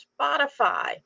Spotify